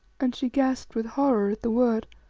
and she gasped with horror at the word.